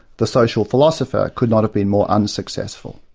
the social philosopher, could not have been more unsuccessful.